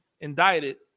indicted